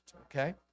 okay